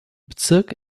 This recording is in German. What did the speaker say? bezirk